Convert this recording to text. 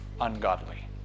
ungodly